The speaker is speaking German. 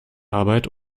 arbeit